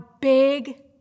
big